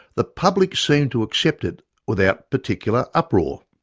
the public seem to accept it without particular uproar.